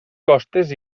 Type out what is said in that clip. costes